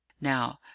Now